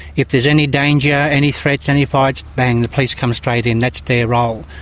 if there's any danger, any threats any fights, bang, the police come straight in. that's their role.